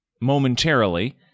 momentarily